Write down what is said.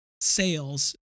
sales